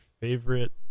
favorite